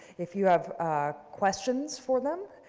if you have ah questions for them.